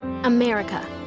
America